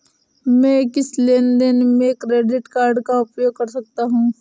मैं किस लेनदेन में क्रेडिट कार्ड का उपयोग कर सकता हूं?